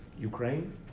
ukraine